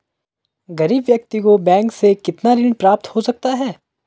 गरीब व्यक्ति को बैंक से कितना ऋण प्राप्त हो सकता है?